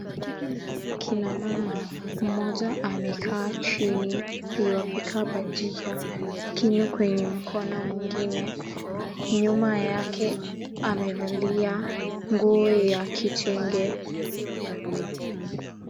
Kina mama, mmoja amekaa chini yuapika bajia kinu kwenye mkono. Mwingine, nyuma yake amevalia nguo ya kitenge.